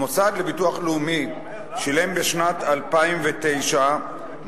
המוסד לביטוח לאומי שילם בשנת 2009 מענקים